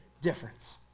difference